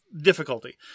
difficulty